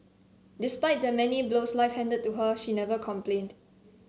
despite the many blows life handed to her she never complained